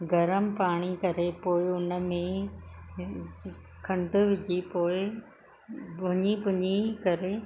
गर्मु पाणी करे पोयों उन में खंडु विझी पोइ भुञी भुञी करे